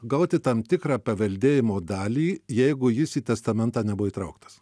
gauti tam tikrą paveldėjimo dalį jeigu jis į testamentą nebuvo įtrauktas